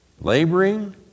laboring